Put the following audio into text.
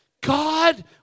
God